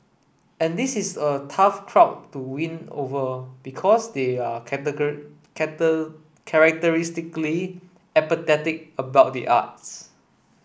and this is a tough crowd to win over because they are characteristically apathetic about the arts